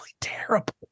terrible